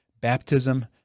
baptism